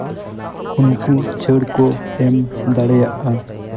ᱩᱱᱠᱩ ᱪᱷᱟᱹᱲ ᱠᱚ ᱮᱢ ᱫᱟᱲᱮᱭᱟᱜᱼᱟ